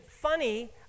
Funny